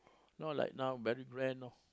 not like now very grand know